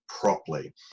properly